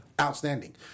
Outstanding